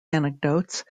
anecdotes